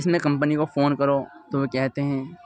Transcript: اس میں کمپنی کو فون کرو تو وہ کہتے ہیں